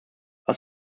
was